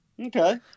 Okay